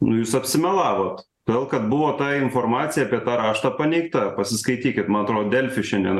nu jūst apsimelavot todėl kad buvo ta informacija apie tą raštą paneigta pasiskaitykit man atrodo delfi šiandien